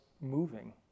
moving